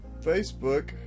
Facebook